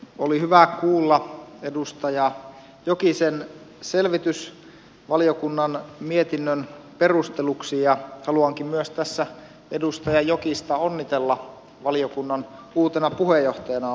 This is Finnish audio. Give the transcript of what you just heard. oli hyvä kuulla edustaja jokisen selvitys valiokunnan mietinnön perusteluksi ja haluankin tässä edustaja jokista onnitella valiokunnan uutena puheenjohtajana